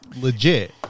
Legit